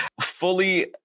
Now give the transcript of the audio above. fully